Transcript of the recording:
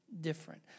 different